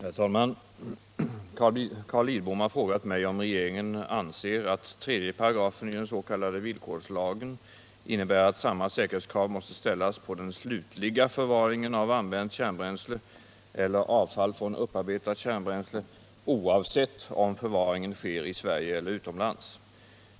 78, och anförde: Herr talman! Carl Lidbom har frågat mig om regeringen anser att 3 § i den s.k. villkorslagen innebär att samma säkerhetskrav måste ställas på den slutliga förvaringen av använt kärnbränsle eller avfall från upparbetat kärnbränsle, oavsett om förvaringen sker i Sverige eller utomlands.